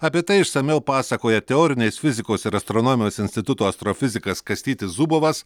apie tai išsamiau pasakoja teorinės fizikos ir astronomijos instituto astrofizikas kastytis zubovas